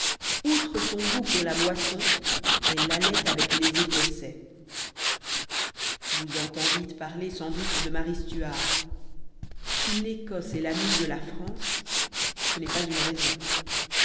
outre son goût pour la boisson elle allait avec les écossais vous entendîtes parler sans doute de marie stuart si l'écosse est l'amie de la france ce n'est pas une raison